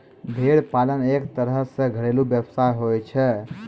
भेड़ पालन एक तरह सॅ घरेलू व्यवसाय होय छै